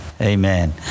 Amen